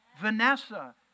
Vanessa